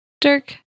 Dirk